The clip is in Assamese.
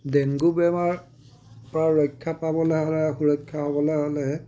ডেংগু বেমাৰৰ পৰা ৰক্ষা পাবলৈ হ'লে সুৰক্ষা হ'বলৈ হ'লে